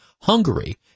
Hungary